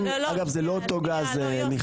אגב, זה לא אותו גז, מיכאל.